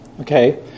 Okay